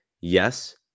yes